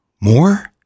more